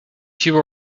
sił